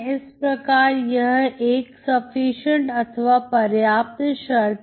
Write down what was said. इस प्रकार यह एक सफिशिएंट अथवा पर्याप्त शर्त है